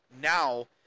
Now